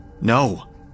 No